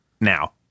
Now